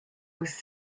was